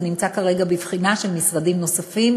וזה נמצא כרגע בבחינה של משרדים נוספים,